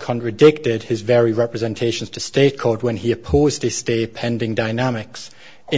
contradicted his very representation to state court when he opposed the stay pending dynamics